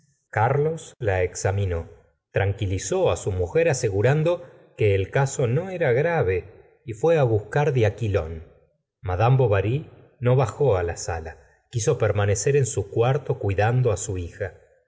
carlos la examinó tranquilizó it su mujer asegurando que el caso no era grave y fué buscar diaquilón mad bovary no bajó á la sala quiso permanecer en su cuarto cuidando su hija